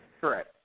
Correct